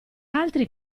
altri